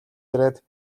ирээд